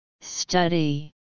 Study